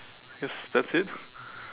yes that's it